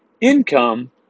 income